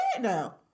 now